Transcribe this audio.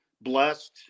blessed